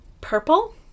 Purple